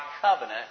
covenant